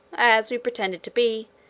as we pretended to be,